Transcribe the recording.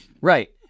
Right